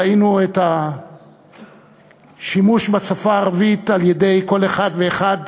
ראינו את השימוש בשפה הערבית על-ידי כל אחד ואחד